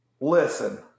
Listen